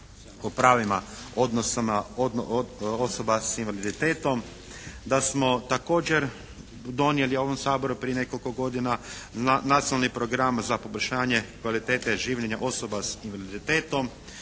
o pravima osoba s invaliditetom, da smo također donijeli u ovom Saboru prije nekoliko godina nacionalni program za poboljšanje kvalitete življenja osoba s invaliditetom,